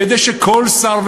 כדי שכל שר,